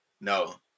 No